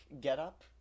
getup